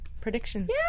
predictions